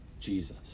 Jesus